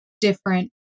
different